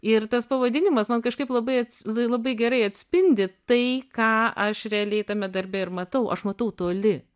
ir tas pavadinimas man kažkaip labai ats labai gerai atspindi tai ką aš realiai tame darbe ir matau aš matau toli